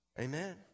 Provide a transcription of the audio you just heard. Amen